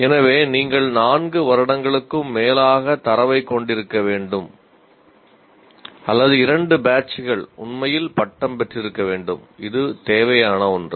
எனவே நீங்கள் 4 வருடங்களுக்கும் மேலாக தரவைக் கொண்டிருக்க வேண்டும் அல்லது இரண்டு பேட்ச்கள் உண்மையில் பட்டம் பெற்றிருக்க வேண்டும் இது தேவையான ஓன்று